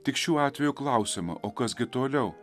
tik šiuo atveju klausiama o kas gi toliau